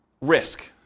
risk